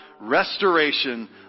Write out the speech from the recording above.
restoration